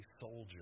soldier